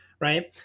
right